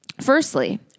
Firstly